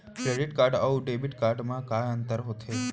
Credit card अऊ debit card मा का अंतर होथे?